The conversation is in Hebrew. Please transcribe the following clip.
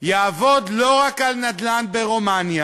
יעבוד לא רק על נדל"ן ברומניה,